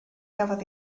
gafodd